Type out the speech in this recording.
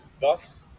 thus